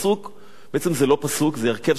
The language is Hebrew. זה בעצם לא פסוק, זה הרכב של שני פסוקים: